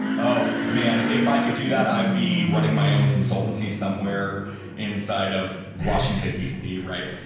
oh, man! if i could do that, i'd be running my own consultancy somewhere inside of washington, d c, right?